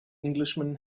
englishman